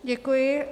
Děkuji.